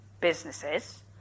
businesses